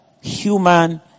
human